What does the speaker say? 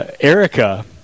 Erica